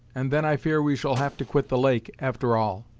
and then i fear we shall have to quit the lake, after all.